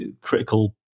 critical